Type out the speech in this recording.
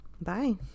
Bye